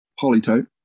polytope